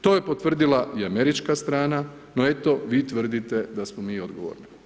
To je potvrdila i američka strana, no eto vi tvrdite da smo mi odgovorni.